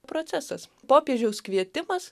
procesas popiežiaus kvietimas